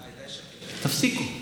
תפסיקו,